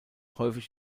häufig